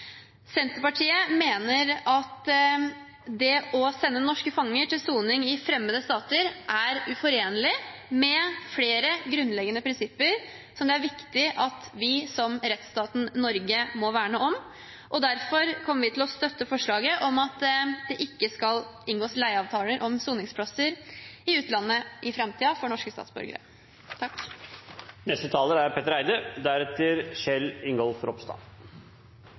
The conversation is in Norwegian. Senterpartiet mener at det å sende norske fanger til soning i fremmede stater er uforenlig med flere grunnleggende prinsipper som det er viktig at vi som rettsstaten Norge må verne om. Derfor kommer vi til å støtte forslaget om at det i framtida ikke skal inngås leieavtaler om soningsplasser i utlandet for norske statsborgere. Aller først: Takk